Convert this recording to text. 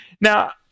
Now